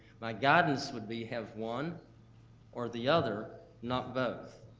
my guidance would be, have one or the other, not both.